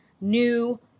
new